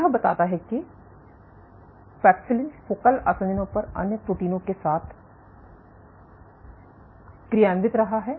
ये बताता है कि पैक्सिलिन फोकल आसंजनों पर अन्य प्रोटीनों के साथ क्रियान्वित रहा है